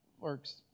Works